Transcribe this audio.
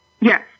Yes